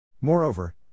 Moreover